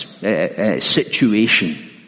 situation